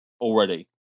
already